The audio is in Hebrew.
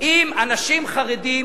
עם אנשים חרדים